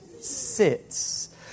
sits